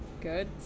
Good